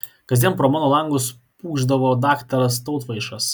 kasdien pro mano langus pūkšdavo daktaras tautvaišas